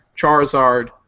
Charizard